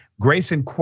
Grayson